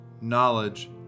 knowledge